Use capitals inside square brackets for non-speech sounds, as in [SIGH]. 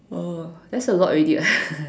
oh that's a lot already eh [LAUGHS]